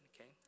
okay